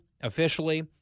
officially